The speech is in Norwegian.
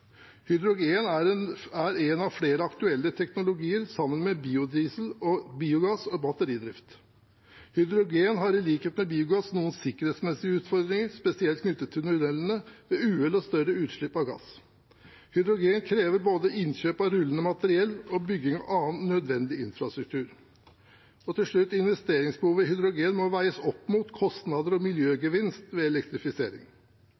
er en av flere aktuelle teknologier, sammen med biodiesel og biogass og batteridrift. Hydrogen har i likhet med biogass noen sikkerhetsmessige utfordringer spesielt knyttet til tunnelene ved uhell og større utslipp av gass. Hydrogen krever både innkjøp av rullende materiell og bygging av annen nødvendig infrastruktur. Til slutt: Investeringsbehovet i hydrogen må veies opp mot kostnader og